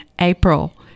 April